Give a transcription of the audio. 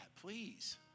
please